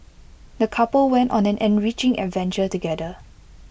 the couple went on an enriching adventure together